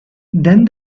then